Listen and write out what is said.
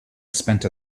spent